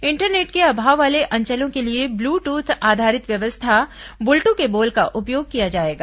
internet के अभाव वाले अंचलों के लिए ब्ल्यू दूथ आधारित व्यवस्था बूल्टू के बोल का उपयोग किया जाएगा